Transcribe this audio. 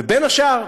ובין השאר,